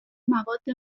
مواد